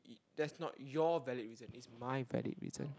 that's not your valid reason it's my valid reason